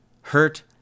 hurt